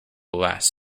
last